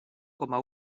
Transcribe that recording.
coma